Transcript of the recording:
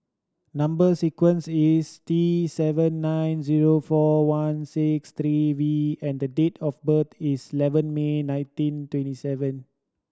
number sequence is T seven nine zero four one six three V and the date of birth is eleven May nineteen twenty seven